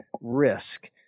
risk